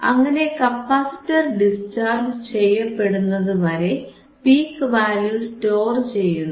അങ്ങനെ capacitor discharge ചെയ്യപ്പെടുന്നതുവരെ peak value store ചെയ്യുന്നു